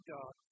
God